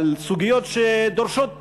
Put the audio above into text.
על סוגיות שדורשות טיפול.